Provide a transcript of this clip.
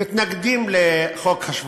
מתנגדים לחוק השבות,